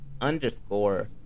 underscore